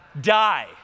die